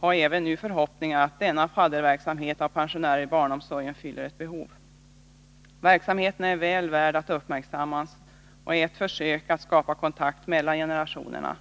har även nu förhoppningar om att denna fadderverksamhet med pensionärer i barnomsorgen fyller ett behov. Verksamheten är väl värd att uppmärksammas och är ett försök att skapa kontakt mellan generationerna.